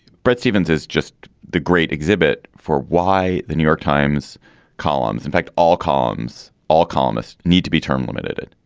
bret stephens is just the great exhibit for why the new york times columns, in fact, all columns, all columnists need to be term-limited.